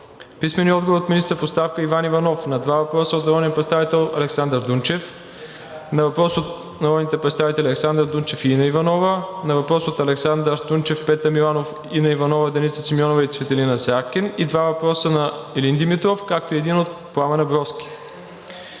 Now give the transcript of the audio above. Димитров; - министъра в оставка Иванов Иванов на два въпроса от народния представител Александър Дунчев; на въпрос от народните представители Александър Дунчев и Инна Иванова; на въпрос от Александър Дунчев, Петър Миланов, Инна Иванова, Деница Симеонова и Цветелина Заркин; и два въпроса на Илин Димитров, както и един от Пламен Абровски;